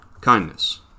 Kindness